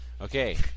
Okay